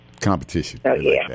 competition